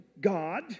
God